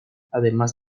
además